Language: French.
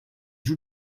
joue